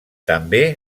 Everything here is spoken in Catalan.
també